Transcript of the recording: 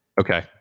Okay